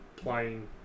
playing